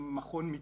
למה.